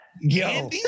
Yo